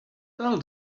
tell